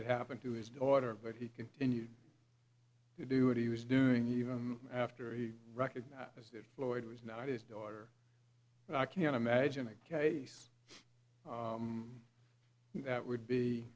had happened to his daughter but he continued to do what he was doing even after he recognized that floyd was not his daughter and i can't imagine a case that would be